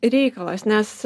reikalas nes